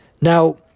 Now